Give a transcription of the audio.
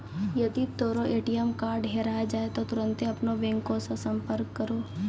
जदि तोरो ATM card हेराय जाय त तुरन्ते अपनो बैंको से संपर्क करो